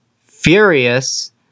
furious